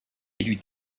élu